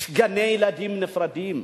גני-ילדים נפרדים.